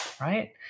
right